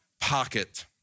pocket